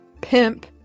Pimp